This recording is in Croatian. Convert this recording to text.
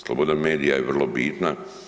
Sloboda medija je vrlo bitna.